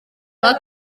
nka